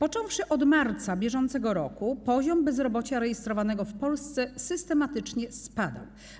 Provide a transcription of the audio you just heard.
Od marca br. poziom bezrobocia rejestrowanego w Polsce systematycznie spadał.